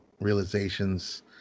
realizations